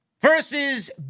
versus